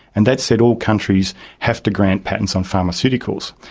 and that said all countries have to grant patents on pharmaceuticals.